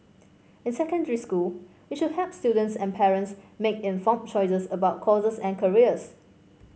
in secondary school we should help students and parents make informed choices about courses and careers